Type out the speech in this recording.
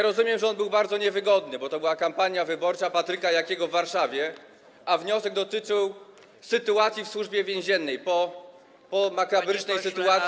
Rozumiem, że on był bardzo niewygodny, bo to była kampania wyborcza Patryka Jakiego w Warszawie, a wniosek dotyczył sytuacji w Służbie Więziennej po makabrycznej sytuacji.